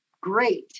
great